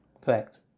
Correct